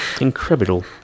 incredible